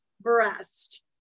breast